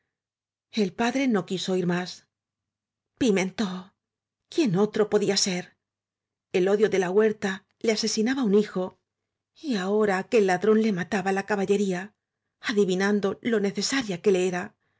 el padre no quiso oir más pimentó quién otro podía ser el odio de la huerta le asesina ba un hijo y ahora aquel ladrón le mataba la caballería adivinando lo necesaria que le era